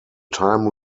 time